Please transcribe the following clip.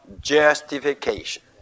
justification